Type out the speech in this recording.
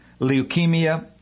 leukemia